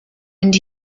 and